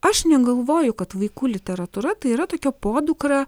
aš negalvoju kad vaikų literatūra tai yra tokia podukra